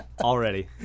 Already